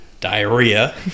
Diarrhea